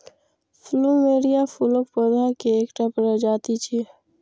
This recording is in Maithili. प्लुमेरिया फूलक पौधा के एकटा प्रजाति छियै